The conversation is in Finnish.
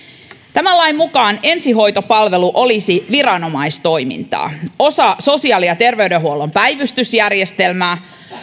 tämän lain mukaan ensihoitopalvelu olisi viranomaistoimintaa osa sosiaali ja terveydenhuollon päivystysjärjestelmää